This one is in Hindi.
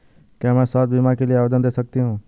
क्या मैं स्वास्थ्य बीमा के लिए आवेदन दे सकती हूँ?